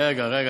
רגע, רגע.